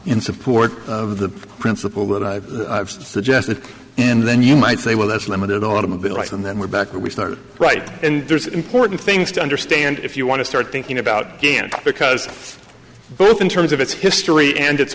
in support of the principle that i suggested and then you might say well that's limited automobile right and then we're back where we started right and there's important things to understand if you want to start thinking about again because both in terms of its history and it